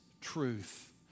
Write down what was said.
truth